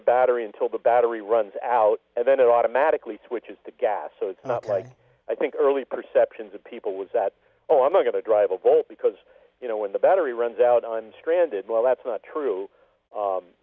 the battery until the battery runs out and then it automatically switches to gas so it's not like i think early perceptions of people was that oh i'm not going to drive a volt because you know when the battery runs out i'm stranded well that's not true